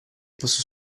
posso